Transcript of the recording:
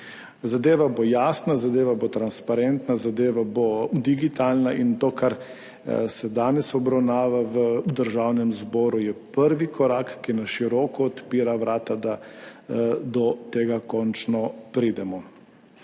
Zadeva bo jasna, zadeva bo transparentna, zadeva bo digitalna in to kar se danes obravnava v Državnem zboru, je prvi korak, ki na široko odpira vrata, da do tega končno pridemo.